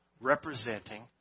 representing